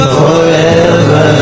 forever